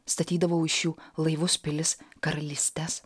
statydavau iš jų laivus pilis karalystes